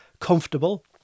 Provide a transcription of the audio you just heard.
comfortable